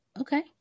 Okay